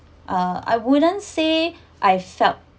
ah I wouldn't say I felt